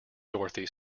dorothy